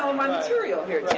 um ah material here, yeah